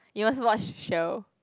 you must watch show